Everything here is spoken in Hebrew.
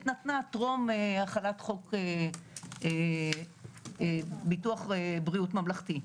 נתנה טרום החלת חוק ביטוח בריאות ממלכתי.